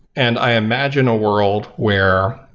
and i imagine a world where,